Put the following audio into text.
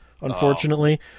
unfortunately